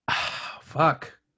Fuck